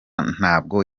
ntabwo